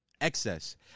excess